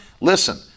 listen